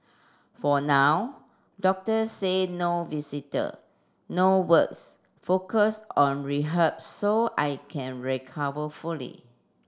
for now doctor say no visitor no works focus on rehab so I can recover fully